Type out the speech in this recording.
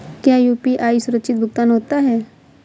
क्या यू.पी.आई सुरक्षित भुगतान होता है?